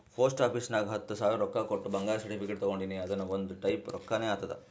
post office ನಾಗ್ ಹತ್ತ ಸಾವಿರ ರೊಕ್ಕಾ ಕೊಟ್ಟು ಬಂಗಾರದ ಸರ್ಟಿಫಿಕೇಟ್ ತಗೊಂಡಿನಿ ಅದುನು ಒಂದ್ ಟೈಪ್ ರೊಕ್ಕಾನೆ ಆತ್ತುದ್